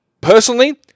personally